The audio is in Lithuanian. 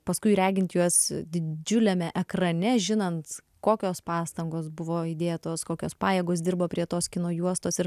paskui regint juos didžiuliame ekrane žinant kokios pastangos buvo įdėtos kokios pajėgos dirbo prie tos kino juostos ir